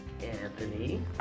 Anthony